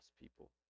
people